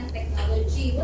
Technology